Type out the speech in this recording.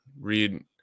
Read